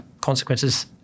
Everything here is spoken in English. consequences